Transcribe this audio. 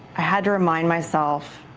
i had to remind myself